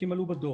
כי הם עלו בדוח.